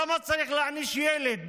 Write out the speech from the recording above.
למה צריך להעניש ילד בטייבה,